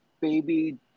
baby